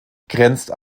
grenzt